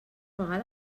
vegada